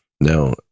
Now